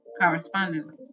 correspondingly